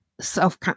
self